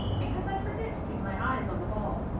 because i forget to keep my eyes on the ball.